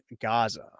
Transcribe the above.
Gaza